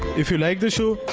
if you like the show,